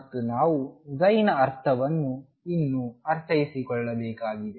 ಮತ್ತು ನಾವು ನ ಅರ್ಥವನ್ನು ಇನ್ನೂ ಅರ್ಥೈಸಿಕೊಳ್ಳಬೇಕಾಗಿದೆ